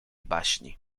baśni